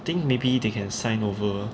I think maybe they can sign over